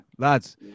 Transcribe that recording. Lads